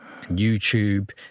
YouTube